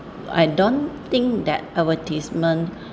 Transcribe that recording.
I don't think that advertisement